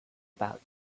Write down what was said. about